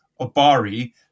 Obari